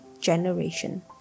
generation